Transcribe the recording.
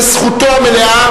זה זכותו המלאה,